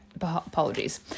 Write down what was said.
Apologies